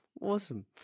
awesome